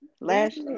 Last